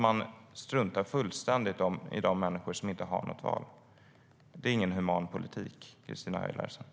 Man struntar fullständigt i de människor som inte har något val. Det är ingen human politik, Christina Höj Larsen.